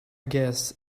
guess